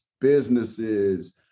businesses